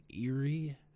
eerie